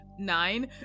nine